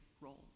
role